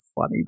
funny